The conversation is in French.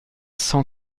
cent